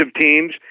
teams